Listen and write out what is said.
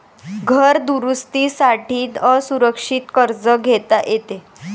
घर दुरुस्ती साठी असुरक्षित कर्ज घेता येते